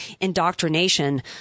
indoctrination